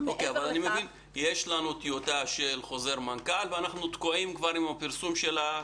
אני מבין שיש טיוטה של חוזר מנכ"ל ואנחנו תקועים עם הפרסום שלו